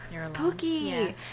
Spooky